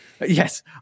Yes